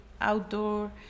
outdoor